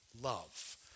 love